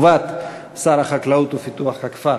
בתשובת שר החקלאות ופיתוח הכפר.